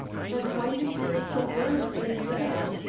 then why did you look so worried during dinner?